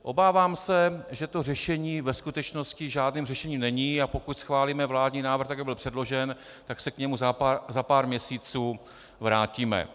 Obávám se, že to řešení ve skutečnosti žádným řešením není, a pokud schválíme vládní návrh tak, jak byl předložen, tak se k němu za pár měsíců vrátíme.